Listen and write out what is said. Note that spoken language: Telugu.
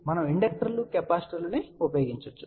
మనం ఇండక్టర్లను మరియు కెపాసిటర్లను ఉపయోగించవచ్చు